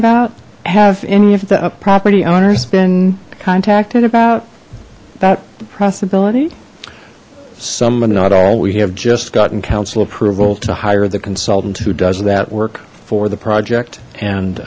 about have any of the property owners been contacted about that possibility some but not all we have just gotten council approval to hire the consultant who does that work for the project and